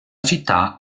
città